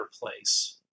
place